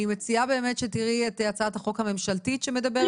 אני מציעה באמת שתראי את הצעת החוק הממשלתית שמדברת על הסוגיה.